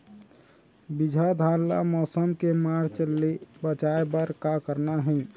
बिजहा धान ला मौसम के मार्च ले बचाए बर का करना है?